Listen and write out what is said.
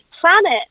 planet